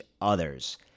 others